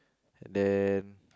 then